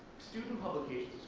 student publications